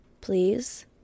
please